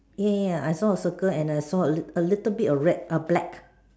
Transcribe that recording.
ya ya ya I saw a circle and I saw a little a little bit of red uh black